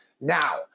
now